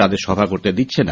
তাঁদের সভা করতে দিচ্ছেনা